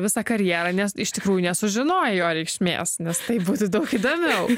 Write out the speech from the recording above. visą karjerą nes iš tikrųjų nesužinojai jo reikšmės nes taip būtų daug įdomiau